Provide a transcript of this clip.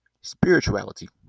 spirituality